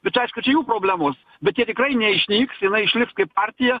bet aišku čia jų problemos bet jie tikrai neišnyks yla išliks kaip partija